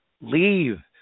leave